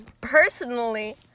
Personally